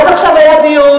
עד עכשיו היה דיון.